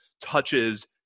touches